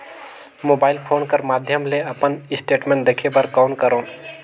Mobile phone कर माध्यम ले अपन स्टेटमेंट देखे बर कौन करों?